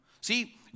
See